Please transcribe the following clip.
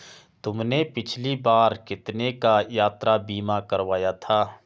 तुमने पिछली बार कितने का यात्रा बीमा करवाया था?